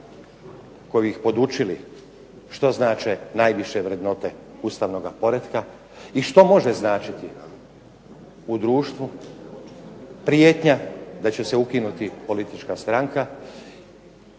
bi ih podučili što znače najviše vrednote ustavnoga poretka i što može značiti u društvu prijetnja da će se ukinuti politička stranka.